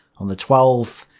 on the twelfth,